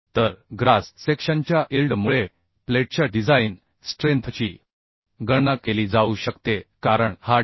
तर gross section च्या yield मुळे प्लेटच्या डिझाइन स्ट्रेंथ ची गणना केली जाऊ शकते कारण हा TDG